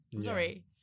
Sorry